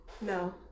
No